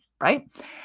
right